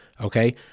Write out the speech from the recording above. Okay